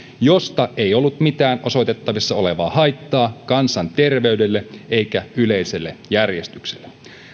josta ei ollut mitään osoitettavissa olevaa haittaa kansanterveydelle eikä yleiselle järjestykselle